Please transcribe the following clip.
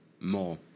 more